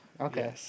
Okay